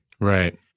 Right